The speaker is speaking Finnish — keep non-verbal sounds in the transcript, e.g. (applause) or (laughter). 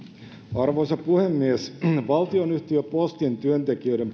arvoisa puhemies valtionyhtiö postin työntekijöiden (unintelligible)